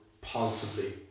positively